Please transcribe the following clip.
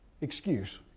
excuse